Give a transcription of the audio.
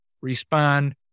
respond